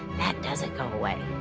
that doesn't go away.